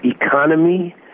economy